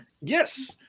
Yes